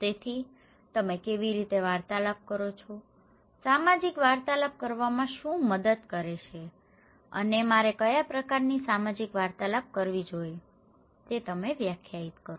તેથી તમે કેવી રીતે વાર્તાલાપ કરો છો સામાજિક વાર્તાલાપ કરવામાં શું મદદ કરે છે અને મારે કયા પ્રકારની સામાજિક વાર્તાલાપ કરવી જોઈએ તમે તે વ્યાખ્યાયિત કરો